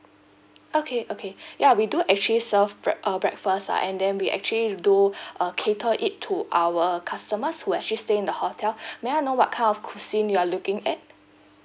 okay okay ya we do actually serve break~ uh breakfast ah and then we actually do uh cater it to our customers who actually stay in the hotel may I know what kind of cuisine you are looking at